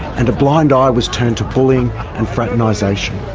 and a blind eye was turned to bullying and fraternisation.